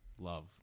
love